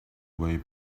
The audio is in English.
way